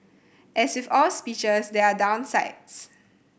as with all speeches there are downsides